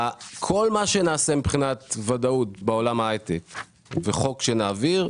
כל מה שנעשה מבחינת ודאות בעולם ההייטק וחוק שנעביר,